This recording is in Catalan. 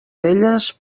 velles